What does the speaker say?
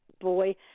boy